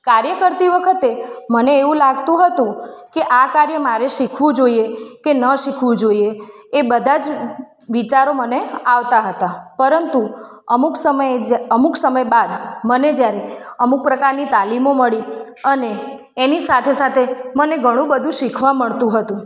કાર્ય કરતી વખતે મને એવુ લાગતું હતુ કે આ કાર્ય મારે શીખવું જોઇએ કે ન શીખવું જોઇએ એ બધા જ વિચારો મને આવતા હતા પરંતુ અમુક સમયે જ અમુક સમય બાદ મને જ્યારે અમુક પ્રકારની તાલીમો મળી અને એની સાથે સાથે મને ઘણું બધુ શીખવા મળતું હતુ